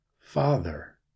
FATHER